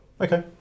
Okay